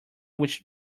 which